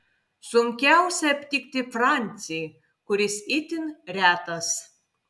sunkiausia aptikti francį kuris itin retas